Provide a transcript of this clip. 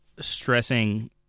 stressing